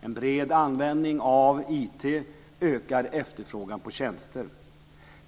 En bred användning av IT ökar efterfrågan på tjänster.